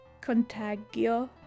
contagio